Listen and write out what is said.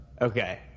Okay